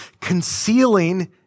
concealing